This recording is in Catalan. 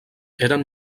eren